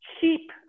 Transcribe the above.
cheap